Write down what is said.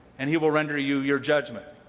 and he will render you your judgment.